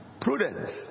Prudence